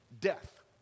death